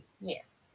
yes